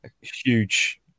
huge